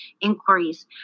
inquiries